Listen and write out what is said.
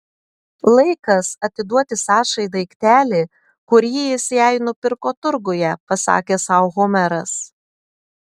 laikas atiduoti sašai daiktelį kurį jis jai nupirko turguje pasakė sau homeras